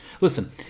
Listen